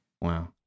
Wow